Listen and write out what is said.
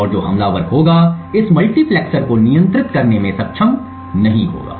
और जो हमलावर होगा इस मल्टीप्लेक्स को नियंत्रित करने में सक्षम नहीं होगा